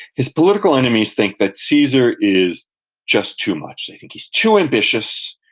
his political enemies think that caesar is just too much. they think he's too ambitious,